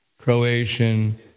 Croatian